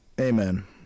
Amen